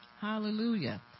Hallelujah